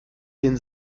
den